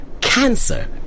cancer